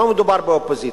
לא מדובר באופוזיציה,